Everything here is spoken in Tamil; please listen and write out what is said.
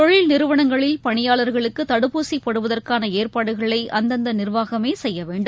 தொழில் நிறுவனங்களில் பணியாளர்களுக்குதடுப்பூசிபோடுவதற்கானஏற்பாடுகளைஅந்தந்தநிர்வாகமேசெய்யவேண்டும்